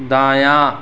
دایاں